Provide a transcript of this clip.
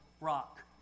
rock